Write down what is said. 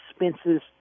expenses